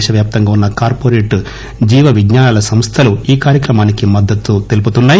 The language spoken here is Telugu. దేశవ్యాప్తంగా ఉన్న కార్పొరేట్ జీవ విజ్ఞానాల సంస్టలు ఈ కార్యక్రమానికి మద్దతు తెలుపుతున్నాయి